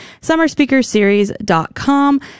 summerspeakerseries.com